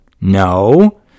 No